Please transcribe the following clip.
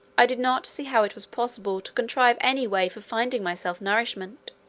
i did not see how it was possible to contrive any way for finding myself nourishment.